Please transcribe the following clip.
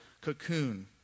cocoon